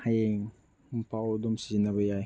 ꯍꯌꯦꯡ ꯐꯥꯎ ꯑꯗꯨꯝ ꯁꯤꯖꯤꯟꯅꯕ ꯌꯥꯏ